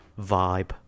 vibe